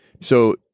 So-